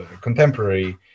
contemporary